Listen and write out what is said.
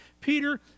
Peter